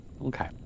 Okay